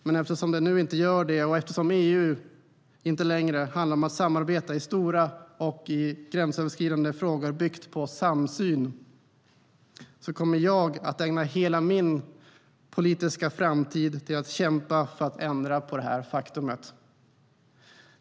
Men eftersom det nu inte gör det och eftersom EU inte längre handlar om att samarbeta i stora och gränsöverskridande frågor byggt på samsyn kommer jag att ägna hela min politiska framtid åt att kämpa för att ändra på detta faktum.